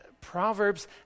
Proverbs